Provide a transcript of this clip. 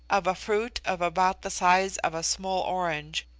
of a fruit of about the size of a small orange,